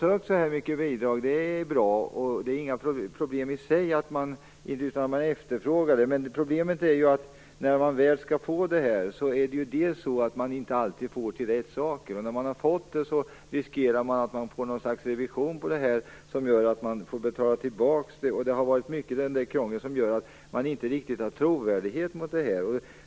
Att så många ansökt om bidrag är bra. Det är inget problem i sig att det finns en efterfrågan. Problemet är i stället att stöd inte alltid går till rätt saker och att man, när man fått stöd, riskerar ett slags revision som gör att man får betala tillbaka. Det har varit mycket krångel som gör att det inte riktigt finns en trovärdighet här.